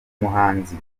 umuhanzi